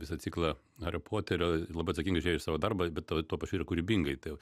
visą ciklą hario poterio labai atsakingai žiūrėjo į savo darbą be tuo tuo pačiu ir kūrybingai tai